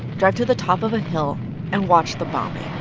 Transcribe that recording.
drive to the top of a hill and watch the bombing